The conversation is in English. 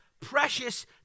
precious